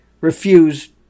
refused